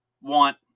want